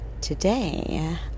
today